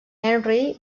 henry